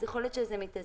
יכול להיות שזה מתאזן.